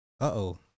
Uh-oh